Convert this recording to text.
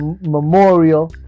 memorial